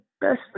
best